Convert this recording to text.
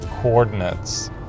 coordinates